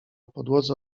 podłodze